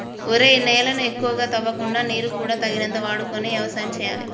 ఒరేయ్ నేలను ఎక్కువగా తవ్వకుండా నీరు కూడా తగినంత వాడుకొని యవసాయం సేయాలి